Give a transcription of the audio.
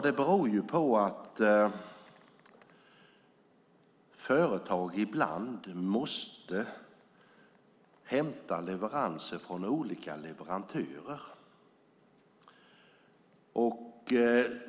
Det beror ju på att företag ibland måste hämta leveranser från olika leverantörer.